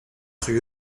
rue